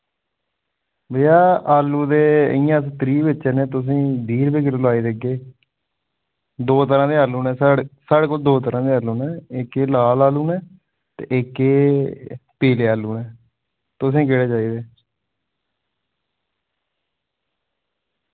भैया आलू ते इ'य्यां अस त्री बेचा ने तुसें बीह् रपे किल्लो लाई देगे दो तरह दे आलू न साढ़े साढ़े कोल दो तरह दे आलू न इक एह् लाल आलू न ते इक एह् पीले आलू न तुसें केह्ड़े चाहिदे